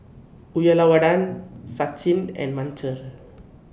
Uyyalawada Sachin and Manohar